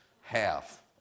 half